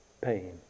pain